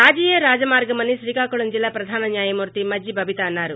రాజీయే రాజమార్గం అని శ్రీకాకుళం జిల్లా ప్రధాన న్యాయమూర్తి మజ్లి బబిత అన్నారు